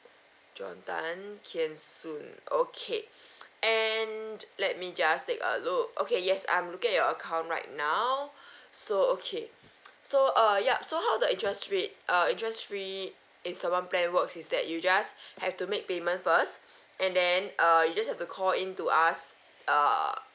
joe tan kian soon okay and let me just take a look okay yes I'm looking at your account right now so okay so uh yup so how the interest rate err interest free installment plan works is that you just have to make payment first and then err you just have to call in to us err